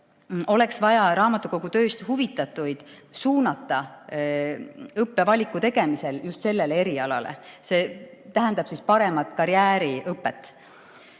oleks vaja raamatukogutööst huvitatuid suunata õppevaliku tegemisel just sellele erialale, see tähendab paremat karjääriõpet.